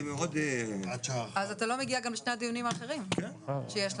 אז לא תגיע גם לשני הדיונים האחרים שיהיו.